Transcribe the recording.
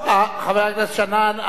חבר הכנסת שנאן,